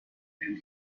and